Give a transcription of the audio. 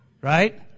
Right